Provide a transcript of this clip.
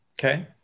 okay